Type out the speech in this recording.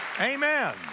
Amen